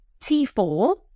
T4